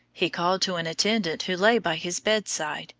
he called to an attendant who lay by his bed-side,